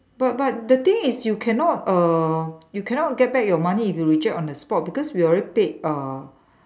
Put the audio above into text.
but but the thing is you cannot err you cannot get back your money if you reject on the spot because we already paid uh